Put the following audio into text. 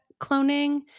cloning